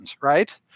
right